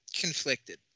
conflicted